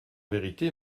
vérité